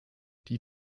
die